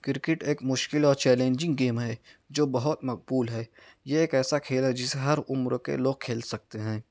cricket ایک مشکل اور چیلنجنگ گیم ہے جو بہت مقبول ہے یہ ایک ایسا کھیل ہے جسے ہر عمر کے لوگ کھیل سکتے ہیں